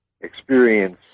experience